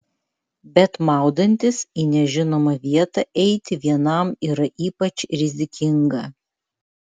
bet maudantis į nežinomą vietą eiti vienam yra ypač rizikinga